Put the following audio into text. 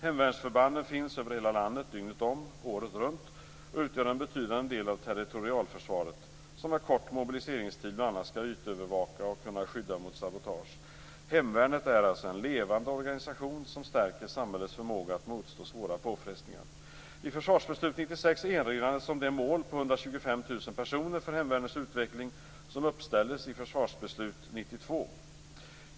Hemvärnsförbanden finns över hela landet dygnet om, året runt och utgör en betydande del av territorialförsvaret, som med kort mobiliseringstid bl.a. skall ytövervaka och skydda mot sabotage. Hemvärnet är en levande organisation som stärker samhällets förmåga att motstå svåra påfrestningar. 125 000 personer för Hemvärnets utveckling som uppställdes i försvarsbeslutet 1992.